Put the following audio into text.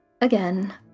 Again